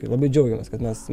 tai labai džiaugiamės kad mes